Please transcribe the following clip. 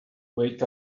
wake